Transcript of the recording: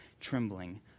trembling